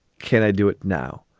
can i do it now?